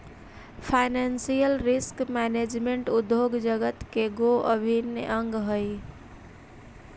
financial risk management उद्योग जगत के गो अभिन्न अंग हई